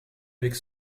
avec